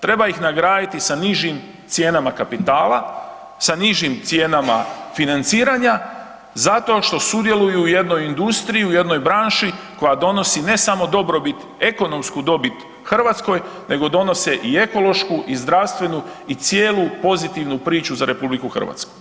Treba ih nagraditi sa nižim cijenama kapitala, sa nižim cijenama financiranja, zato što sudjeluju u jednoj industriji, u jednoj branši koja donosi ne samo dobrobit, ekonomsku dobit Hrvatskoj nego donose i ekološku i zdravstvenu i cijelu pozitivnu priču za RH.